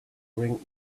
ring